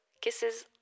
Kisses